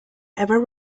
ever